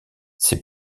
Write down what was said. ses